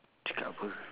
cakap apa